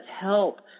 help